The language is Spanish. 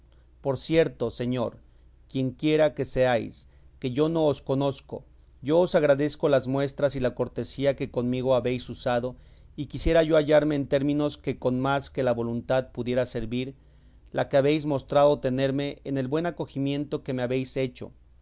por cierto señor quienquiera que seáis que yo no os conozco yo os agradezco las muestras y la cortesía que conmigo habéis usado y quisiera yo hallarme en términos que con más que la voluntad pudiera servir la que habéis mostrado tenerme en el buen acogimiento que me habéis hecho